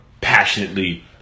passionately